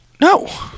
No